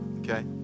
okay